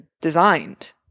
designed